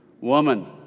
Woman